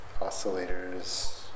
oscillators